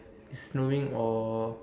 snowing or